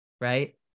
right